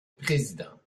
présidente